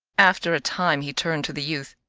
after a time he turned to the youth.